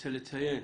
רוצה לציין,